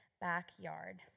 backyard